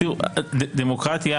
דמוקרטיה